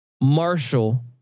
Marshall